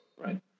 right